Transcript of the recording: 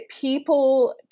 people